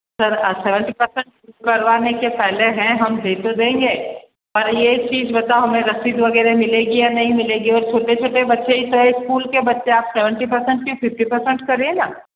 sir seventy percent करवाने के पहले हैं हम दे तो देंगे पर ये चीज बताओ हमें रसीद वगैरह मिलेगी या नहीं मिलेगी और छोटे छोटे बच्चे ही तो हैं इस्कूल के बच्चे आप सेवेंटी पर्सेन्ट क्यों फ़िफ़टी पर्सेन्ट करिए ना